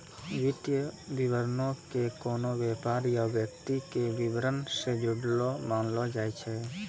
वित्तीय विवरणो के कोनो व्यापार या व्यक्ति के विबरण से जुड़लो मानलो जाय छै